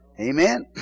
Amen